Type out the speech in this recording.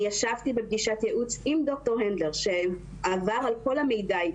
ישבתי בפגישת ייעוץ עם הנדלר שעבר על כל המידע אתי,